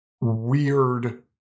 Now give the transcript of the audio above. weird